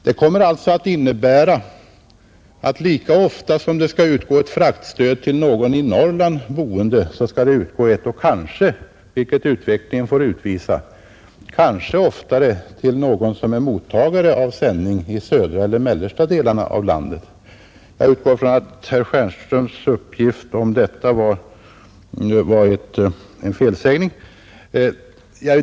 Det innebär alltså att fraktstöd ofta kommer att utgå till mottagare av sändning i södra eller mellersta delarna av landet. Jag utgår ifrån att herr Stjernströms uppgift om detta var en felsägning.